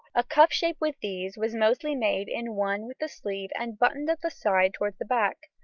a cuff shape with these was mostly made in one with the sleeve and buttoned at the side towards the back,